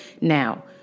Now